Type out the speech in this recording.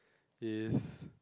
is